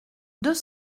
deux